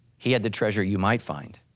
he had the treasure you might find,